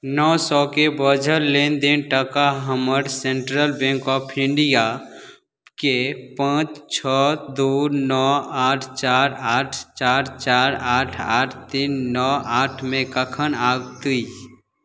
नओ सओके बाझल लेनदेनके टाका हमर सेन्ट्रल बैँक ऑफ इण्डियाके पाँच छओ दुइ नओ आठ चारि आठ चारि चारि आठ आठ तीन नओ आठमे कखन आओत